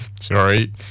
Sorry